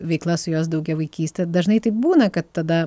veiklas su jos daugiavaikyste dažnai taip būna kad tada